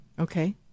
Okay